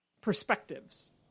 perspectives